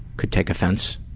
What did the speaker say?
could take offense.